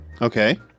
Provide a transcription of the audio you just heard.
Okay